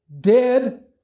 dead